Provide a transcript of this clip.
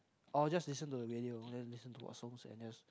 or just listen to the radio and then listen to what songs and just